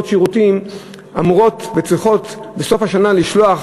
שירותים אמורות וצריכות בסוף השנה לשלוח